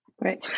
Right